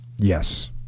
yes